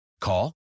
Call